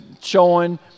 showing